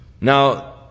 Now